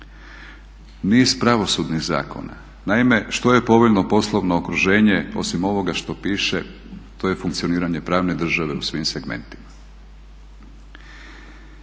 niz pravosudnih zakona. Naime, što je povoljno poslovno okruženje osim ovoga što piše, to je funkcioniranje pravne države u svim segmentima.